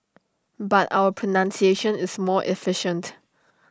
but our pronunciation is more efficient